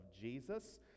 Jesus